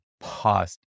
paused